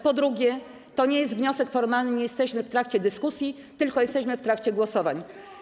Po drugie, to nie jest wniosek formalny, nie jesteśmy w trakcie dyskusji, tylko jesteśmy w trakcie głosowań.